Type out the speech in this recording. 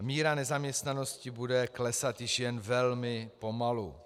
Míra nezaměstnanosti bude klesat již jen velmi pomalu.